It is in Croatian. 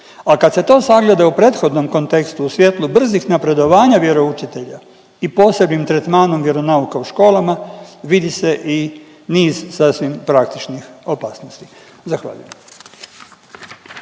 a kad se to sagleda u prethodnom kontekstu u svjetlu brzih napredovanja vjeroučitelja i posebnim tretmanom vjeronauka u školama, vidi se i niz sasvim praktičnih opasnosti. Zahvaljujem.